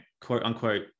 quote-unquote